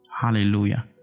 Hallelujah